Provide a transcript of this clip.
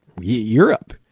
Europe